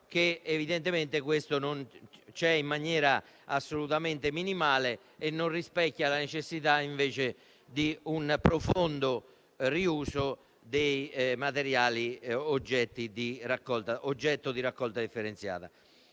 ha registrato che questo avviene in maniera assolutamente minimale e non rispecchia la necessità di un profondo riuso dei materiali oggetto di raccolta differenziata.